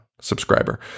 Subscriber